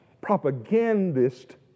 propagandist